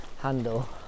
handle